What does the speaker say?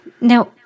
Now